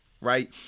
right